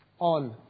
on